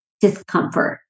discomfort